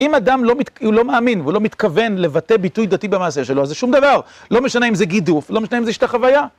אם אדם, הוא לא מאמין, הוא לא מתכוון לבטא ביטוי דתי במעשה שלו, אז זה שום דבר. לא משנה אם זה גידוף, לא משנה אם זה השתחוויה.